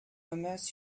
immerse